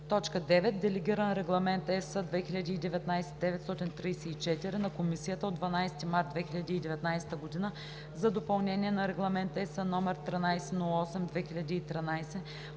г.). 9. Делегиран регламент (ЕС) 2019/934 на Комисията от 12 март 2019 г. за допълнение на Регламент (ЕС) № 1308/2013